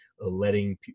letting